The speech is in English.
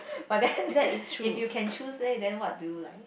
but then if you can choose leh then what do you like